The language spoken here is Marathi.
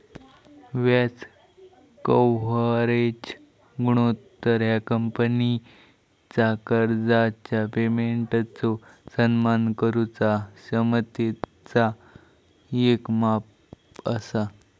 व्याज कव्हरेज गुणोत्तर ह्या कंपनीचा कर्जाच्या पेमेंटचो सन्मान करुचा क्षमतेचा येक माप असा